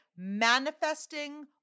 manifesting